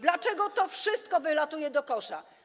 Dlaczego to wszystko wylatuje do kosza?